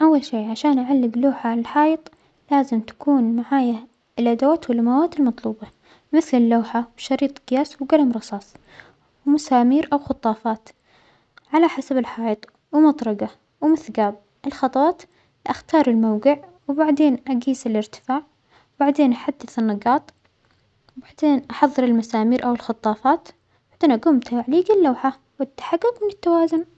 أول شيء عشان أعلج لوحة على الحائط لازم تكون معايا الأدوات والمواد المطلوبة مثل اللوحة وشريط جياس وجلم رصاص ومسامير أو خطافات على حسب الحائط، ومطرجة ومثجاب، الخطوات أختار الموجع وبعدين أجيس الإرتفاع وبعدين أحدد النجاط وبعدين أحظر المسامير أو الخطافات بعدين أجوم بتعليج اللوحة والتحجج من التوازن.